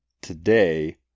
today